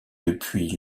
depuis